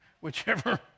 Whichever